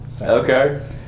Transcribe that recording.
Okay